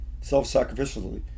self-sacrificially